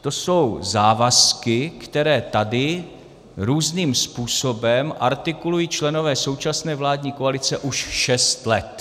To jsou závazky, které tady různým způsobem artikulují členové současné vládní koalice už šest let.